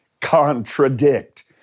contradict